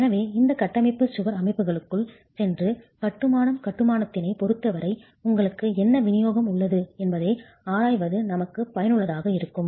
எனவே இந்த கட்டமைப்புச் சுவர் அமைப்புகளுக்குள் சென்று கட்டுமானம் கட்டுமானத்தினைப் பொருத்தவரை உங்களுக்கு என்ன விநியோகம் உள்ளது என்பதை ஆராய்வது நமக்கு பயனுள்ளதாக இருக்கும்